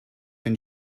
been